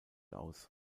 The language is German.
aus